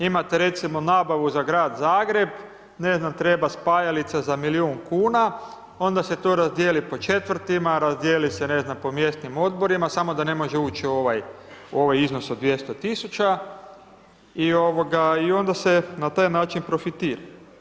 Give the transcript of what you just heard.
Imate recimo, nabavu za Grad Zagreb, ne znam, treba spajalica za milijun kuna, onda se to razdijeli po četvrtima, razdijeli se, ne znam, po mjesnim Odborima, samo da ne može ući u ovaj iznos od 200.000,00 kn i onda se na taj način profitira.